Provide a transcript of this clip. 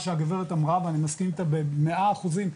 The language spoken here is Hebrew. שהגברת אמרה ואני מסכים איתה במאה אחוזים,